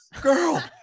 girl